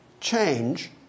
change